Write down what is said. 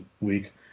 week